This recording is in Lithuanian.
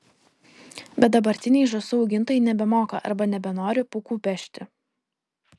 bet dabartiniai žąsų augintojai nebemoka arba nebenori pūkų pešti